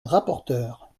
rapporteure